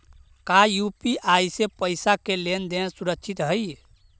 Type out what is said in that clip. का यू.पी.आई से पईसा के लेन देन सुरक्षित हई?